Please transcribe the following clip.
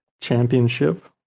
Championship